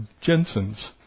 Jensen's